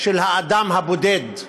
של האדם הבודד.